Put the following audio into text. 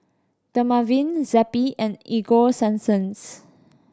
Dermaveen Zappy and Ego sunsense